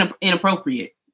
inappropriate